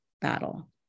battle